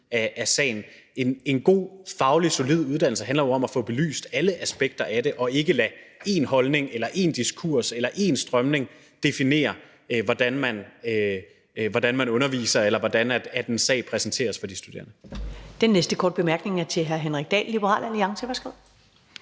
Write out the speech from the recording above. af sagen. En god, faglig, solid uddannelse handler jo om at få belyst alle aspekter af det og ikke lade én holdning eller én diskurs eller én strømning definere, hvordan man underviser, eller hvordan en sag præsenteres for de studerende. Kl. 19:14 Første næstformand (Karen Ellemann): Den næste korte bemærkning er til hr. Henrik Dahl, Liberal Alliance.